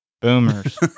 Boomers